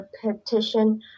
petition